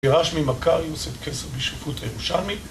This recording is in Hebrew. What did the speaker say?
ירש ממקריוס את כס הבישופות הירושלמי